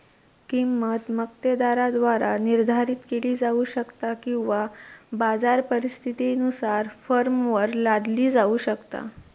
किंमत मक्तेदाराद्वारा निर्धारित केली जाऊ शकता किंवा बाजार परिस्थितीनुसार फर्मवर लादली जाऊ शकता